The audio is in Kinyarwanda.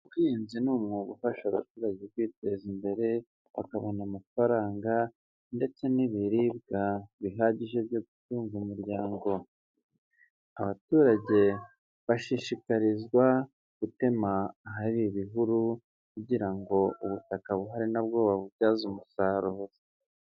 Ubuhinzi ni umwuga ufasha abaturage kwiteza imbere bakabona amafaranga ndetse n'ibiribwa bihagije byo gutunga umuryango, abaturage bashishikarizwa gutema ahari ibihuru kugira ngo ubutaka buhari na bwo babubyaze umusaruro.